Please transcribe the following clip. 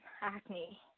acne